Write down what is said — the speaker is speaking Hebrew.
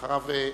ואחריו,